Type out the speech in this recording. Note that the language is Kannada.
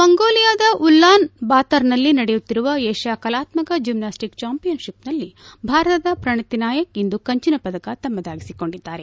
ಮಂಗೋಲಿಯಾದ ಉಲ್ಲಾನ್ ಬಾತರ್ನಲ್ಲಿ ನಡೆಯುತ್ತಿರುವ ಏಷ್ಠ ಕಲಾತ್ಮಕ ಜಿಮ್ಯಾಸ್ಟಿಕ್ಸ್ ಚಾಂಪಿಯನ್ ಶಿಪ್ನಲ್ಲಿ ಭಾರತದ ಪ್ರಣತಿ ನಾಯಕ್ ಇಂದು ಕಂಚಿನ ಪದಕ ತಮ್ಮದಾಗಿಸಿಕೊಂಡಿದ್ದಾರೆ